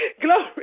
Glory